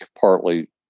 partly